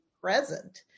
present